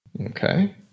Okay